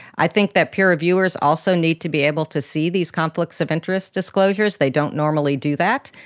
i think that peer reviewers also needs to be able to see these conflicts of interest disclosures, they don't normally do that,